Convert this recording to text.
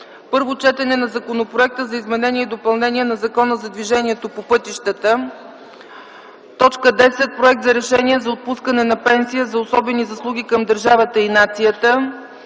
Първо четене на Законопроекта за изменение и допълнение на Закона за движението по пътищата. 10. Проект за Решение за отпускане на пенсия за особени заслуги към държавата и нацията.